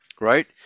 right